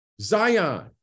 Zion